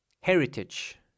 heritage